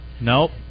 Nope